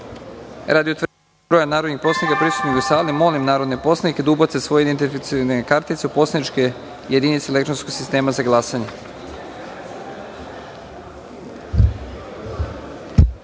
utvrđivanja broja narodnih poslanika prisutnih u sali, molim narodne poslanike da ubace svoje identifikacione kartice u poslaničke jedinice elektronskog sistema za